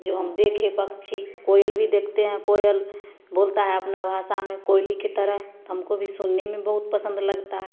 जो हम देखे पक्षी कोयल भी देखते हैं कोयल बोलता है अपना भाषा में कोयली की तरह हमको भी सुनने में बहुत पसंद लगता है